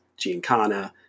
Giancana